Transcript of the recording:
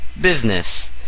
business